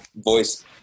voice